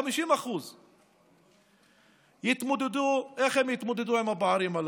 50%. איך הם יתמודדו עם הפערים הללו?